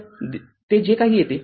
तर ते जे काही येते